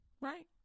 Right